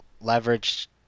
leverage